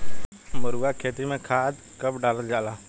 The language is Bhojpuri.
मरुआ के खेती में खाद कब डालल जाला?